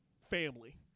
family